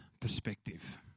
perspective